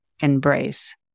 embrace